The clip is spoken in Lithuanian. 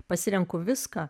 pasirenku viską